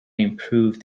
improved